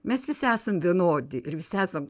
mes visi esam vienodi ir visi esam